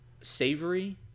savory